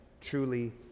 truly